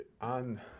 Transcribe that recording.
on